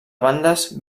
bandes